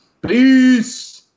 Peace